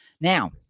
now